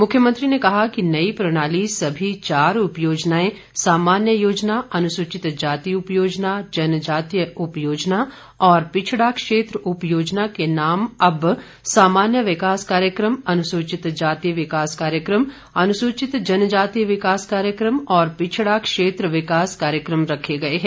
मुख्यमंत्री ने कहा कि नयी प्रणाली सभी चार उपयोजनाएं समान्य योजना अनुसूचित जाति उपयोजना जनजातीय उपयोजना और पिछड़ा क्षेत्र उपयोजना के नाम अब सामान्य विकास कार्यक्रम अनुसूचित जाति विकास कार्यक्रम अनुसूचित जनजाति विकास कार्यक्रम और पिछड़ा क्षेत्र विकास कार्यक्रम रखे गये हैं